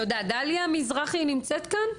תודה דליה מזרחי נמצאת כאן.